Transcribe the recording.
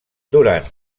durant